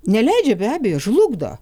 neleidžia be abejo žlugdo